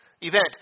event